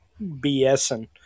BSing